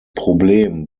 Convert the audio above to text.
problem